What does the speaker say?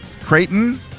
Creighton